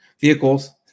vehicles